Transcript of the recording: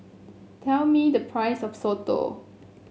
tell me the price of soto